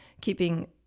keeping